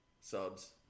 subs